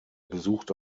besuchte